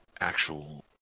actual